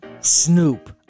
Snoop